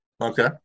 Okay